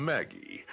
Maggie